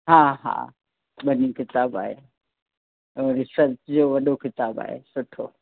हा हा वॾी किताब आहे वरी संत जो वॾो किताब आहे सुठो